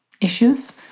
issues